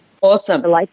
Awesome